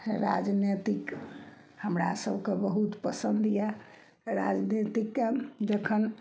राजनैतिक हमरा सभके बहुत पसन्द यऽ राजनैतिकके जखन